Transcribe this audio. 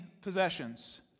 possessions